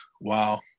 wow